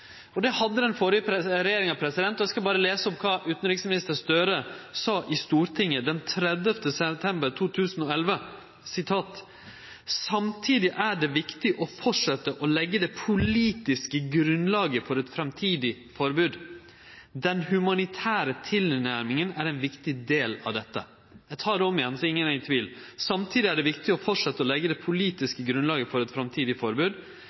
det. Det hadde den førre regjeringa. Eg skal lese opp kva utanriksminister Gahr Støre svarte på eit skriftleg spørsmål sendt den 30. september 2011: «Samtidig er det viktig å fortsette å legge det politiske grunnlaget for et fremtidig forbud. Den humanitære tilnærmingen er én viktig del av dette». Eg tek det om igjen, så ingen er i tvil: «Samtidig er det viktig å fortsette å legge det politiske grunnlaget for et fremtidig forbud.